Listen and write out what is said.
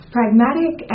Pragmatic